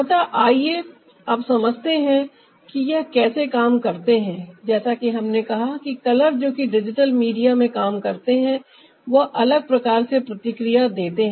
अतः आइए अब समझते हैं कि वह कैसे काम करते हैं जैसा कि हमने कहा कि कलर जो कि डिजिटल मीडिया में काम करते हैं वह अलग प्रकार से प्रतिक्रिया देते हैं